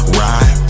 ride